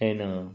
ಏನು